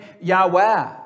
Yahweh